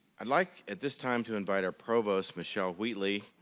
i'd like at this time to invite our provost, michele wheatly,